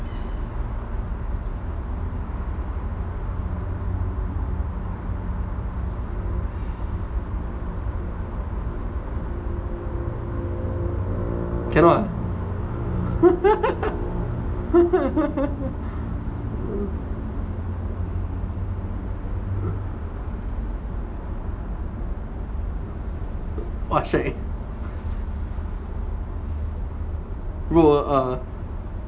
cannot ah !wah! shag bro err